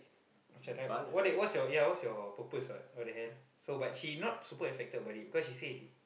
macam typo what's your ya what's your purpose what what the hell so but she not super affected by it cause she say